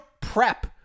prep